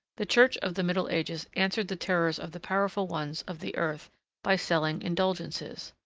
the church of the middle ages answered the terrors of the powerful ones of the earth by selling indulgences.